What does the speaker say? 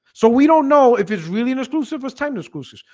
so we don't know if it's really an exclusive first-time exclusives,